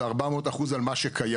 זה 400% על מה שקיים.